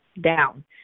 down